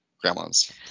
grandma's